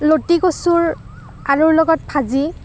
লটি কচুৰ আলুৰ লগত ভাজি